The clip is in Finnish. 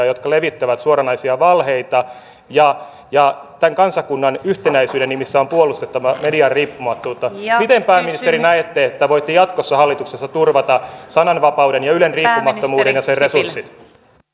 jotka levittävät suoranaisia valheita ja ja tämän kansakunnan yhtenäisyyden nimissä on puolustettava median riippumattomuutta miten pääministeri näette että voitte jatkossa hallituksessa turvata sananvapauden ja ylen riippumattomuuden ja sen resurssit